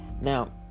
Now